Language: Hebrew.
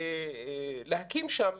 להקים שם